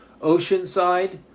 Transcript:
Oceanside